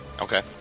Okay